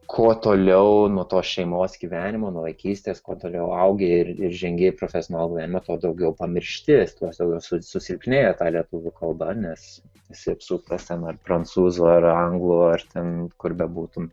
kuo toliau nuo to šeimos gyvenimo nuo vaikystės kuo toliau augi ir žengi į profesinį gyvenimą tuo daugiau pamiršti tuos jau su susilpnėja ta lietuvių kalba nes esi apsuptas ar ten prancūzų ar anglų ar ten kur bebūtum